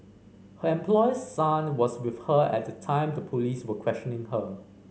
her employer's son was with her at the time the police were questioning her